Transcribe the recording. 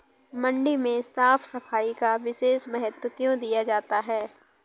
मंडी में साफ सफाई का विशेष महत्व क्यो दिया जाता है?